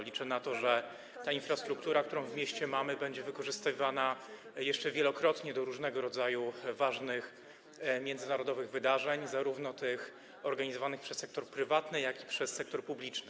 Liczę na to, że infrastruktura, którą w mieście mamy, będzie wykorzystywana jeszcze wielokrotnie do różnego rodzaju ważnych międzynarodowych wydarzeń organizowanych zarówno przez sektor prywatny, jak i przez sektor publiczny.